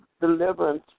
deliverance